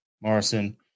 Morrison